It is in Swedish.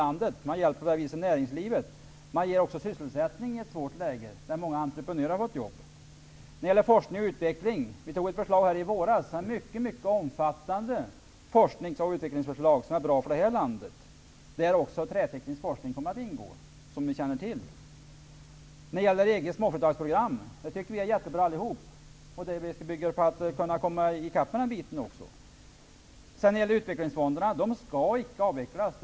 På det viset hjälper man näringslivet. Det ger också sysselsättning i ett svårt läge. Många entreprenörer har fått jobb. Vi fattade ett beslut i våras om mycket omfattande forskning och utveckling som är bra för det här landet. Där kommer också träteknisk forskning att ingå, som ni känner till. EG:s småföretagsprogram tycker vi allihop är jättebra. Vi arbetar på att komma ikapp med den biten också. Utvecklingsfonderna skall icke avvecklas.